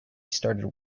started